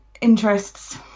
interests